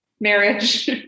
marriage